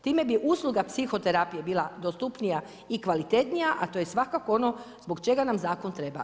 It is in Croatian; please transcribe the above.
Time bi usluga psihoterapije bila dostupnija i kvalitetnija a to je svakako ono zbog čega nam zakon treba.